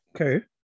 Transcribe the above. Okay